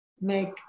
make